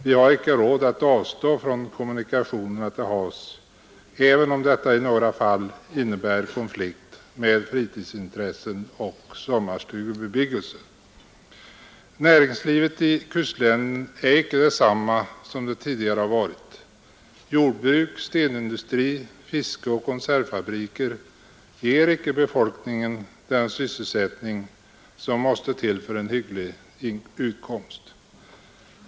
Vi har icke råd att avstå från kommunikationerna till havs, även om detta i några fall innebär konflikt med fritidsintressen och sommarstugebebyggelse. Näringslivet i kustlänen är icke detsamma som det tidigare har varit. Jordbruk, stenindustri, fiske och konservfabriker ger icke befolkningen den sysselsättning som måste till för en hygglig utkomst.